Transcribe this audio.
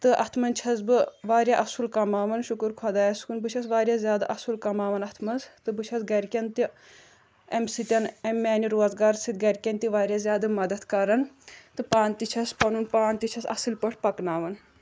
تہٕ اَتھ منٛز چھس بہٕ واریاہ اَصٕل کَماوان شُکُر خۄدایَس کُن بہٕ چھس واریاہ زیادٕ اَصٕل کَماوان اَتھ منٛز تہٕ بہٕ چھس گَرکٮ۪ن تہِ اَمہِ سۭتۍ اَمہِ میٛانہِ روزگار سۭتۍ گَرِکٮ۪ن تِہ واریاہ زیادٕ مَدد کَران تہٕ پانہٕ تہِ چھس پنُن پان تہِ چھس اَصٕل پٲٹھۍ پَکناوان